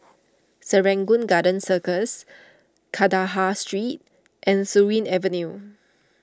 Serangoon Garden Circus Kandahar Street and Surin Avenue